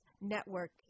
Network